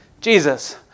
Jesus